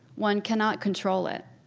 one cannot control it.